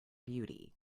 beauty